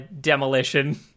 demolition